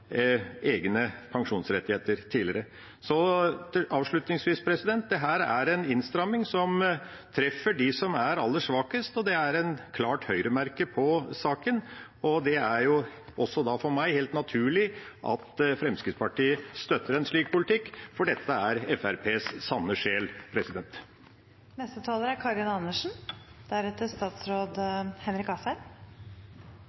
egne pensjonsrettigheter fra tidligere. Avslutningsvis: Dette er en innstramming som treffer dem som er aller svakest. Det er et klart høyremerke på saken, og det er for meg helt naturlig at Fremskrittspartiet støtter en slik politikk, for dette er Fremskrittspartiets sanne sjel.